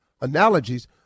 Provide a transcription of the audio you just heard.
analogies